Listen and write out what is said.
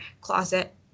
closet